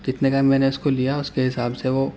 کتنے کا ہے میں نے اس کو لیا اس کے حساب سے وہ